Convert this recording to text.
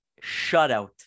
Shutout